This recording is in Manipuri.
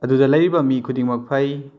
ꯑꯗꯨꯗ ꯂꯩꯔꯤꯕ ꯃꯤꯈꯨꯗꯤꯡꯃꯛ ꯐꯩ